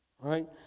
right